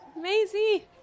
Maisie